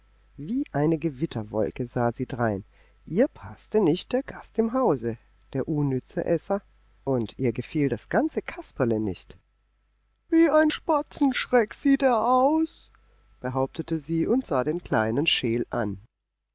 wie eine gewitterwolke sah sie drein ihr paßte nicht der gast im hause der unnütze esser und ihr gefiel das ganze kasperle nicht wie ein spatzenschreck sieht er aus behauptete sie und sah den kleinen scheel an